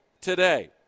today